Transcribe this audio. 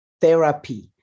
therapy